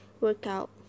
workout